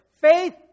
Faith